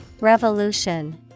Revolution